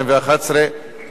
חוק בתי-המשפט (תיקון מס' 69),